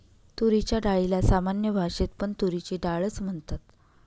तुरीच्या डाळीला सामान्य भाषेत पण तुरीची डाळ च म्हणतात